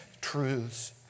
truths